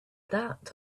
that